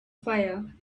fire